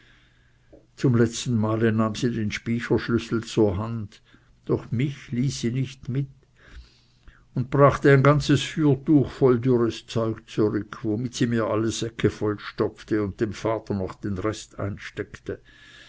zum letzten male nahm sie den spycherschlüssel zur hand doch mich ließ sie nicht mit und brachte ein ganzes fürtuch voll dürres zeug zurück womit sie mir alle säcke vollstopfte und dem vater noch den rest einsteckte